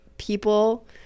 People